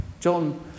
John